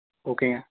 ஓகேங்க